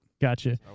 Gotcha